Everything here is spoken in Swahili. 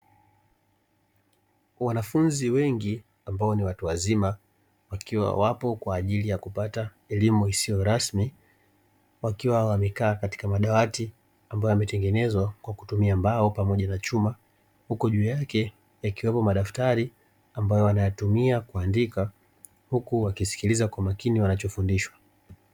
Wanafunzi wengi ambao ni watu wazima wakiwa wapo kwa ajili ya kupata elimu isiyo rasmi, wakiwa wamekaa katika madawati ambayo yametengenezwa kwa kutumia mbao pamoja na chuma huku juu yake yakiwepo madaftari ambayo wanayatumia kuandika huku wakisikiliza kwa makini wanachofundishwa.